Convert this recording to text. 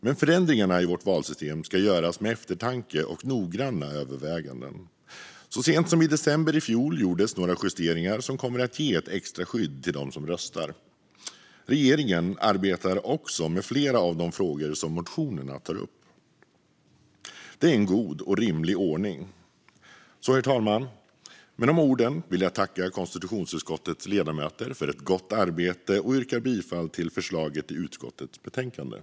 Men förändringar i vårt valsystem ska göras med eftertanke och efter noggranna överväganden. Så sent som i december i fjol gjordes några justeringar som kommer att ge ett extra skydd till dem som röstar. Regeringen arbetar också med flera av de frågor som tas upp i motionerna. Det är en god och rimlig ordning. Herr talman! Med de orden vill jag tacka konstitutionsutskottets ledamöter för ett gott arbete och yrka bifall till utskottets förslag i betänkandet.